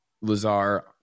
Lazar